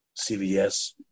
CVS